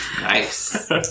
Nice